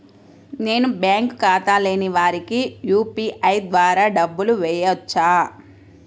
నేను బ్యాంక్ ఖాతా లేని వారికి యూ.పీ.ఐ ద్వారా డబ్బులు వేయచ్చా?